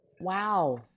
Wow